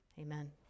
amen